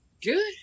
Good